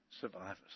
Survivors